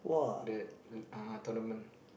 that uh tournament